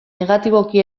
negatiboki